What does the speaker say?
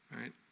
right